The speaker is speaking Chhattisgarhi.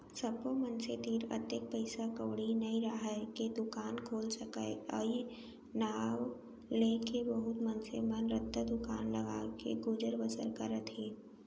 सब्बो मनसे तीर अतेक पइसा कउड़ी नइ राहय के दुकान खोल सकय अई नांव लेके बहुत मनसे मन रद्दा दुकान लगाके गुजर बसर करत हें